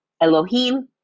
Elohim